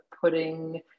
putting